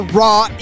raw